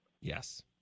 Yes